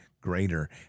greater